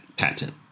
patent